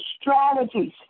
strategies